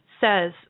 says